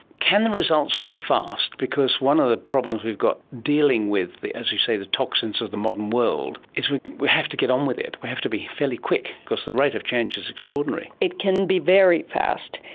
can the results be fast? because one of the problems we've got dealing with, as you say, the toxins of the modern world, is we we have to get on with it, we have to be fairly quick because the rate of change is extraordinary. it can be very fast.